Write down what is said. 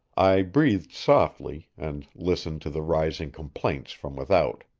i breathed softly, and listened to the rising complaints from without.